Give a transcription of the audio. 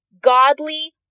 godly